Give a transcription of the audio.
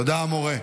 תודה, המורה.